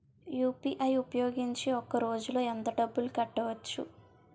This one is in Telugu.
యు.పి.ఐ ఉపయోగించి ఒక రోజులో ఎంత డబ్బులు కట్టవచ్చు?